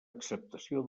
acceptació